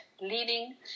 leading